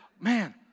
Man